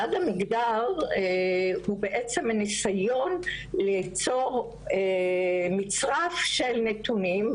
מדד המגדר הוא בעצם ניסיון ליצור מצרף של נתונים,